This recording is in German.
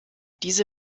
diese